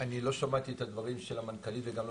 אני לא שמעתי את דברי המנכ"לית וגם לא